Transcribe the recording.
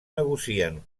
negocien